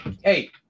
Hey